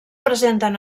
presenten